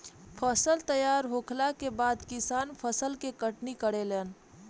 फसल तैयार होखला के बाद किसान फसल के कटनी करेलन